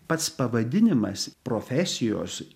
pats pavadinimas profesijos